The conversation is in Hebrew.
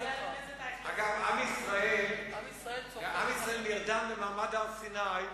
עם ישראל נרדם במעמד הר-סיני,